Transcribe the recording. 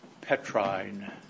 Petrine